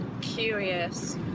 curious